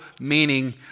meaning